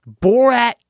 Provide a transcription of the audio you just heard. Borat